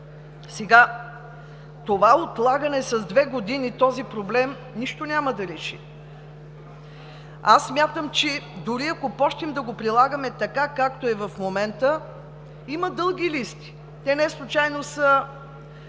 Това отлагане с две години на проблема нищо няма да реши. Аз смятам, че дори ако започнем да го прилагаме, така както е в момента, има дълги листи. Те неслучайно са